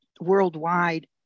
worldwide